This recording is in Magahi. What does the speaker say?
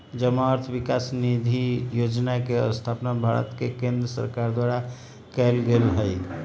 जमा अर्थ विकास निधि जोजना के स्थापना भारत के केंद्र सरकार द्वारा कएल गेल हइ